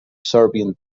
serbian